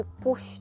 push